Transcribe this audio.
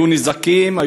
היו נזקים,